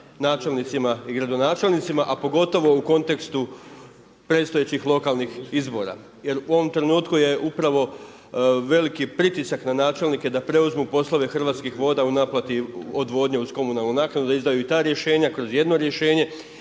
načelnicima i gradonačelnicima, a pogotovo u kontekstu predstojećih lokalnih izbora. Jer u ovom trenutku je upravo veliki pritisak na načelnike da preuzmu poslove Hrvatskih voda u naplati odvodnje uz komunalnu naknadu da izdaju i ta rješenja kroz jedno rješenje.